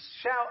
shout